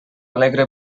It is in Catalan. alegre